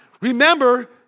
remember